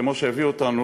כמו שהביאו אותנו,